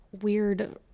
weird